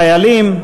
חיילים,